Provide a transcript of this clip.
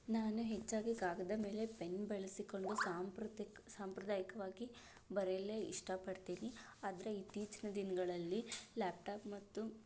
ನಾನು ಹೆಚ್ಚಾಗಿ ಕಾಗದ ಮೇಲೆ ಪೆನ್ ಬಳಸಿಕೊಂಡು ಸಾಂಪ್ರತಿಕ ಸಾಂಪ್ರದಾಯಿಕವಾಗಿ ಬರೆಯಲೇ ಇಷ್ಟಪಡ್ತೀನಿ ಆದರೆ ಇತ್ತೀಚಿನ ದಿನಗಳಲ್ಲಿ ಲ್ಯಾಪ್ಟಾಪ್ ಮತ್ತು